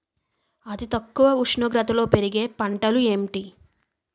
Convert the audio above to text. అతి తక్కువ ఉష్ణోగ్రతలో పెరిగే పంటలు ఏంటి?